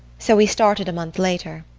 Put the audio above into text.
so we started a month later.